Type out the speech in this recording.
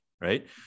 right